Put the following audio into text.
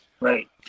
Right